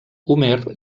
homer